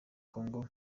congo